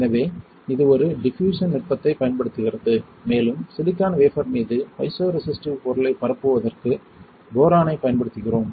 எனவே இது ஒரு டிஃபூஷன் நுட்பத்தைப் பயன்படுத்துகிறது மேலும் சிலிக்கான் வேஃபர் மீது பைசோரேசிஸ்டிவ் பொருளைப் பரப்புவதற்கு போரானைப் பயன்படுத்துகிறோம்